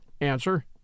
Answer